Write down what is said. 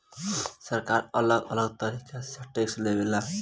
सरकार अलग अलग तरीका से टैक्स लेवे ला